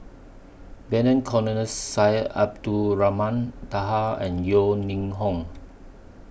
Vernon Cornelius Syed Abdulrahman Taha and Yeo Ning Hong